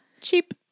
Cheap